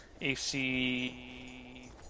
AC